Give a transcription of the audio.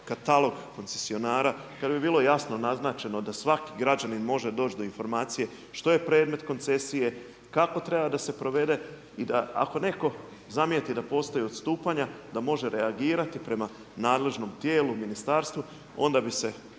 katalog koncesionara kada bi bilo jasno naznačeno da svaki građanin može doći do informacije što je predmet koncesije, kako treba da se provede i ako neko zamijeti da postoje odstupanja da može reagirati prema nadležnom tijelu, ministarstvu onda bi se